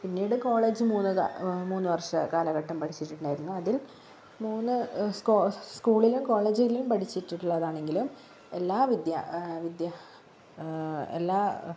പിന്നീട് കോളേജിൽ മൂന്ന് മൂന്ന് വർഷം കാലഘട്ടം പഠിച്ചിട്ടുണ്ടായിരുന്നു അതിൽ മൂന്ന് സ്കൂളിലും കോളേജിലും പഠിച്ചിട്ടുള്ളതാണെങ്കിലും എല്ലാ എല്ലാ